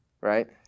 right